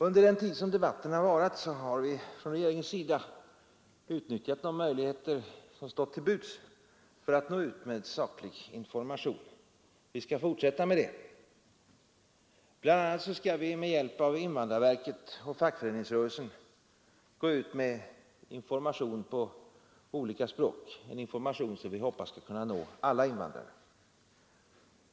Under den tid som debatten har varat har vi från regeringens sida utnyttjat de möjligheter som stått till buds för att nå ut med saklig information, och vi skall fortsätta med det. Bl. a. skall vi med hjälp av invandrarverket och fackföreningsrörelsen gå ut med information på olika språk, en information som vi hoppas skall nå alla invandrare.